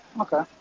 Okay